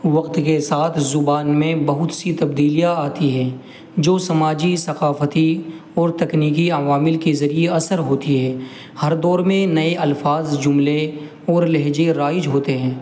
وقت کے ساتھ زبان میں بہت سی تبدیلیاں آتی ہیں جو سماجی ثقافتی اور تکنیکی عوامل کے ذریعے اثر ہوتی ہیں ہر دور میں نئے الفاظ جملے اور لہجے رائج ہوتے ہیں